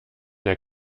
der